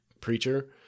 preacher